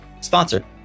sponsor